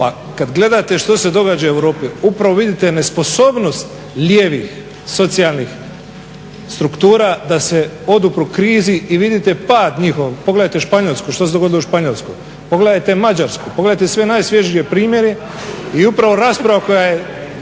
Pa kad gledate što se događa u Europi upravo vidite nesposobnost lijevih socijalnih struktura da se odupru krizi i vidite pad njihov. Pogledajte Španjolsku što se dogodilo u Španjolskoj. Pogledajte Mađarsku, pogledajte sve najsvježije primjere i upravo rasprava koja je